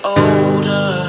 older